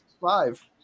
five